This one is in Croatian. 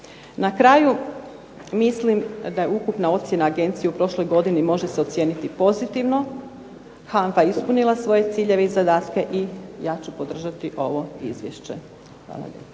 Na kraju mislim da je ukupna ocjena agencije u prošloj godini može se ocijeniti pozitivno, HANFA je ispunila svoje ciljeve i zadatke i ja ću podržati ovo izvješće. Hvala lijepa.